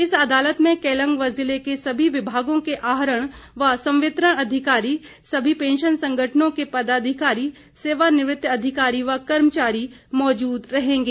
इस अदालत में कोलंग व जिले के सभी विभागों के आहरण व संवितरण अधिकारी सभी पैंशन संगठनों के पदाधिकारी सेवानिवृत अधिकारी व कर्मचारी मौजूद रहेंगे